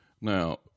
Now